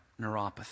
neuropathy